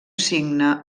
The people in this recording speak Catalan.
cigne